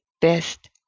best